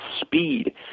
speed